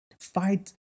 Fight